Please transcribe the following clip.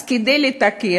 אז כדי לתקן,